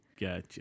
Gotcha